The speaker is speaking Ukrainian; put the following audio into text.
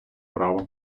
права